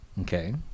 Okay